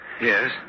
Yes